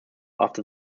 after